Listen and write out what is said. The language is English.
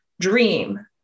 dream